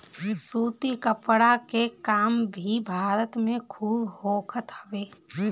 सूती कपड़ा के काम भी भारत में खूब होखत हवे